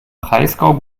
breisgau